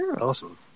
awesome